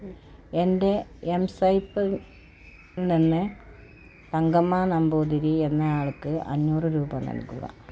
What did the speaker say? എൻ്റെ എംസ്വൈപ്പിൽ നിന്ന് തങ്കമ്മ നമ്പൂതിരി എന്ന ആൾക്ക് അഞ്ഞൂറ് രൂപ നൽകുക